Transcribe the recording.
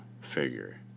figure